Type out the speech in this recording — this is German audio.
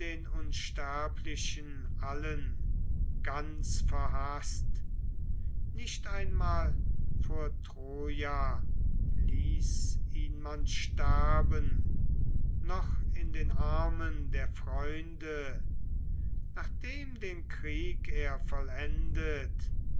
unsterblichen allen ganz verhaßt nicht einmal vor troja ließ man ihn sterben noch in den armen der freunde nachdem er den krieg vollendet